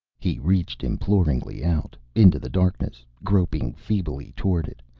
he reached imploringly out, into the darkness, groping feebly toward it,